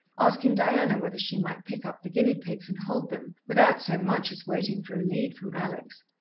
asking diana whether she might pick up the guinea-pigs and hold them, without so much as waiting for a lead from alex.